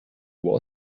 wall